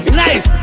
nice